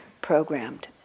programmed